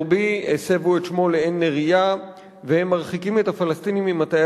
ברשות יושב-ראש הישיבה, הנני מתכבד